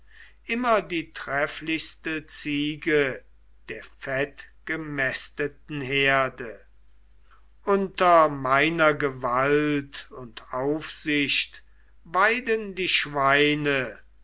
immer die trefflichste ziege der fettgemästeten herde unter meiner gewalt und aufsicht weiden die schweine